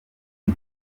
nka